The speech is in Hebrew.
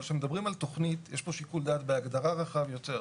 אבל כשמדברים על תכנית יש פה שיקול דעת בהגדרה רחב יותר.